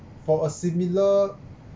for a similar